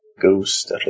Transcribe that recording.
Ghost